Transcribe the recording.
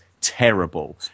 terrible